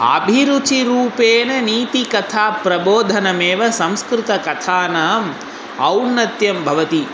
आभिरुचिरूपेण नीतिकथा प्रबोधनमेव संस्कृतकथानाम् औन्नत्यं भवति